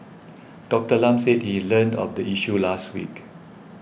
Doctor Lam said he learnt of the issue last week